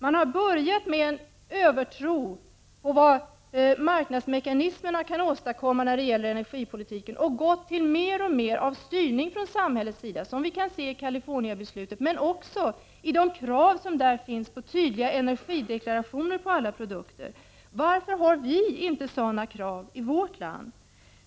Man har börjat med en övertro på vad marknadsmekanismerna kan åstadkomma när det gäller energipolitiken och gått över till mer och mer styrning från samhällets sida, som vi kan se i Californiabeslutet men också i de krav som där ställs på tydliga energideklarationer på alla produkter. Varför har vi inte sådana krav i vårt land?